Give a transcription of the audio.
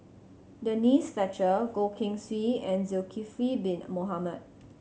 Denise Fletcher Goh Keng Swee and Zulkifli Bin Mohamed